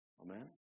Amen